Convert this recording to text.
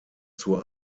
zur